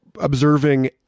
observing